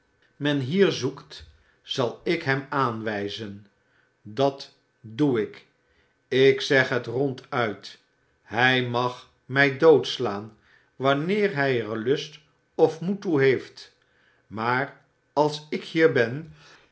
men hier zoekt zal ik hem aanwijzen dat doe ik ik zeg het ronduit hij mag mij doodslaan wanneer hij er lust of moed toe heeft maar als ik hier ben